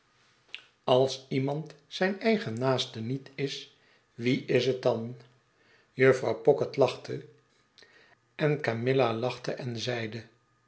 als iemand zijn eigen naaste niet is wie is het dan jufvrouw pocket lachte en camilla lachte en zeide